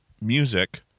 music